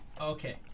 okay